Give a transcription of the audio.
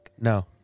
No